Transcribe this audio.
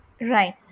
Right